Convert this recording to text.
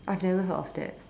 I have never heard of that